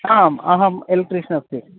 आम् अहं एलेक्ट्रिशिन् अस्ति